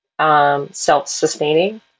self-sustaining